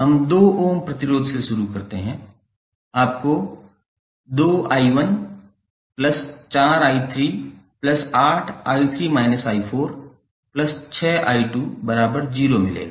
हम 2 ओम प्रतिरोध से शुरू करते हैं आपको 2𝑖14𝑖38𝑖3 𝑖46𝑖20 मिलेगा